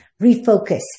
refocus